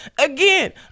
again